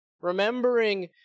Remembering